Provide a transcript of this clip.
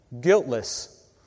Guiltless